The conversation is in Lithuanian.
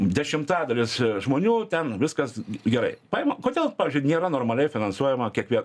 dešimtadalis žmonių ten viskas gerai paimam kodėl pavyzdžiui nėra normaliai finansuojama kiekvie